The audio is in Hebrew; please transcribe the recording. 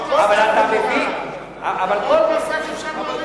אבל אתה מבין, בחוק נוסף אפשר להוריד